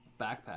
backpack